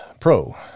Pro